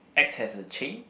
axe has a chain